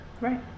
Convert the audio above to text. right